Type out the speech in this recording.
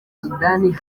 soudan